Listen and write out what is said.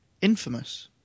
Infamous